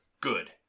good